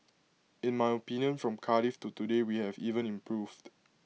in my opinion from Cardiff to today we have even improved